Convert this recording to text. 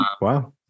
wow